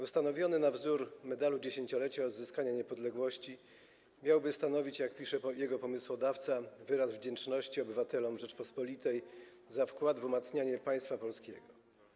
Ustanowiony na wzór Medalu Dziesięciolecia Odzyskanej Niepodległości miałby stanowić - jak pisze jego pomysłodawca - wyraz wdzięczności obywatelom Rzeczypospolitej za wkład w umacnianie państwa polskiego.